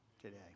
today